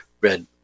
red